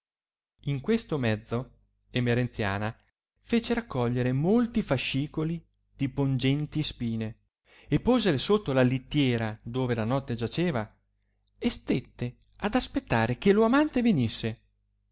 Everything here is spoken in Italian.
in questo mezzo emerenziana fece raccogliere molti fascicoli di pongenti spine e posele sotto la littiera dove la notte giaceva e stette ad aspettare che lo amante venisse